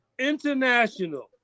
International